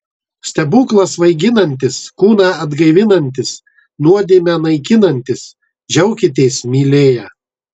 stebuklas svaiginantis kūną atgaivinantis nuodėmę naikinantis džiaukitės mylėję